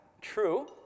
true